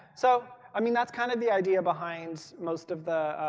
so i mean that's kind of the idea behind most of the